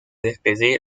despedir